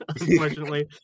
unfortunately